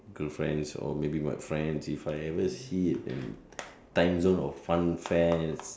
girlfriends or maybe my friends if I ever see it an timezone or fun fairs